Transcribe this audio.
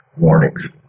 warnings